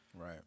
Right